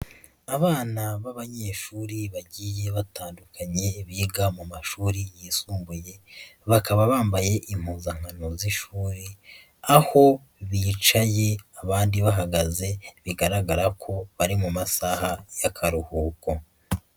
Abana b'abanyeshuri bagiye batandukanye biga mu mashuri yisumbuye, bakaba bambaye impuzankano z'ishuri aho bicaye abandi bahagaze bigaragara ko bari mu masaha y'akaruhuko.